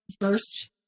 first